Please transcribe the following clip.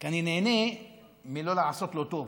כי אני נהנה מלא לעשות לו טוב.